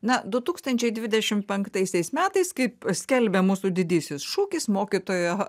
na du tūkstančiai dvidešim penktaisiais metais kaip skelbia mūsų didysis šūkis mokytojo